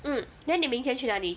mm then 你明天去哪里